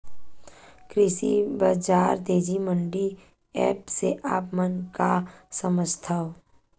कृषि बजार तेजी मंडी एप्प से आप मन का समझथव?